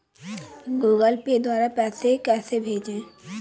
Google Pay द्वारा पैसे कैसे भेजें?